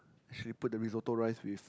she put the Risotto rice with